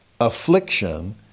affliction